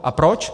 A proč?